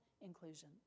Inclusion